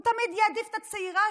הוא תמיד יעדיף את הצעירה,